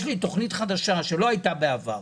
יש לי תוכנית חדשה שלא הייתה בעבר.